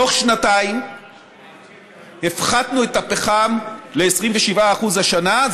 בתוך שנתיים הפחתנו את הפחם ל-27% השנה,